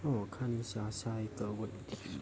我看一下下一个问题